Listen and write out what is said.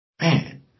Man